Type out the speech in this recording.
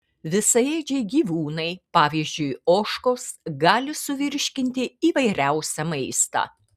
visaėdžiai gyvūnai pavyzdžiui ožkos gali suvirškinti įvairiausią maistą